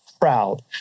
proud